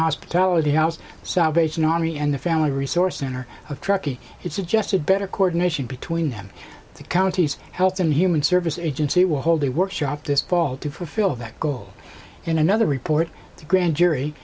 hospitality house salvation army and the family resource center of truckee it suggested better coordination between them the counties health and human services agency will hold a workshop this fall to fulfill that goal in another report the grand jury